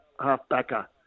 half-backer